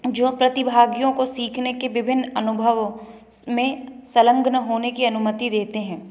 जो प्रतिभागियों को सीखने के विभिन्न अनुभवों में संलग्न होने की अनुमति देते हैं